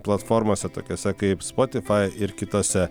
platformose tokiose kaip spotifai ir kitose